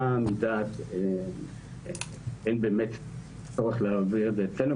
מדעת אין באמת צורך להעביר את זה אצלנו,